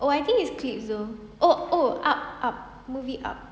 oh I think it's clip though oh oh up up movie up